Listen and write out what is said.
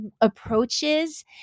approaches